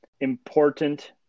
Important